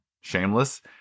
Shameless